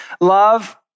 love